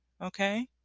okay